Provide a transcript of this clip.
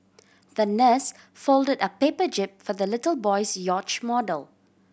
the nurse folded a paper jib for the little boy's yacht model